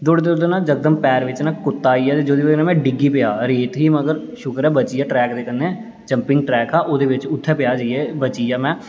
दौड़दे दौड़दे ना जकदम पैर बिच्च कुत्ता आई गेआ ते जेह्दे बजह कन्नै में डिग्गी पेआ रेत ही मतलब बची गेआ शुकर ऐ ट्रैक दे कन्ने जंपिंग ट्रैक हा उत्थें पेआ जाइयै में